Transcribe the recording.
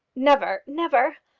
never! never!